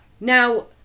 Now